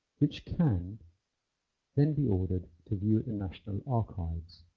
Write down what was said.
which can then be ordered to view at the national archives.